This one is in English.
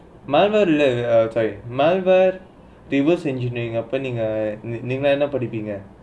mal~ wer~ reverse engineering அப்பே என்ன படிப்பபீங்கே:appe enna padippeengga